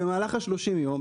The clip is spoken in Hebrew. במהלך 30 הימים,